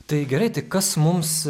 tai gerai tai kas mums